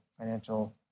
financial